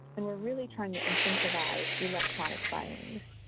and we're really trying to incentivize electronic filings.